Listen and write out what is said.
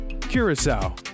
curacao